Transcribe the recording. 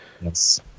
Yes